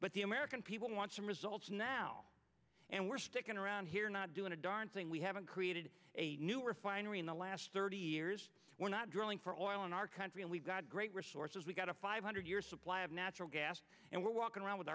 but the american people want some results now and we're sticking around here not doing a darn thing we haven't created a new refinery in the last thirty years we're not drilling for oil in our country and we've got great resources we've got a five hundred year supply of natural gas and we're walking around with